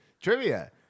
Trivia